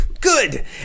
Good